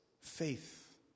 faith